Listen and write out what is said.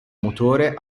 motore